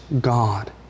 God